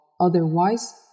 Otherwise